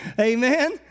Amen